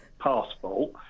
passport